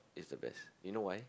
is the best you know why